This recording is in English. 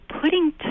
putting